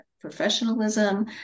professionalism